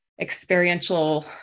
experiential